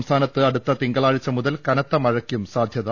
സംസ്ഥാനത്ത് അടുത്ത തിങ്കളാഴ്ച മുതൽ കനത്ത മഴയ്ക്കും സാധ്യത